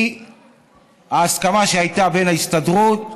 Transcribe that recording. היא ההסכמה שהייתה בין ההסתדרות,